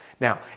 Now